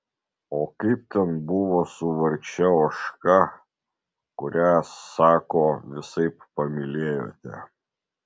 o kaip ten buvo su vargše ožka kurią sako visaip pamylėjote